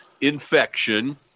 infection